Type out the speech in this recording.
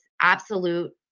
absolute